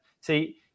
See